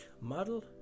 Model